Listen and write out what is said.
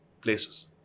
places